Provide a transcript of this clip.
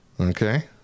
Okay